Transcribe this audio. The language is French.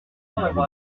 numéro